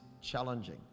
challenging